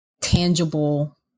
tangible